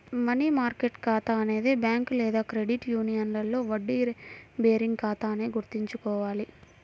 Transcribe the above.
money market ఖాతా అనేది bank లేదా క్రెడిట్ యూనియన్లో వడ్డీ బేరింగ్ ఖాతా అని గుర్తుంచుకోవాలి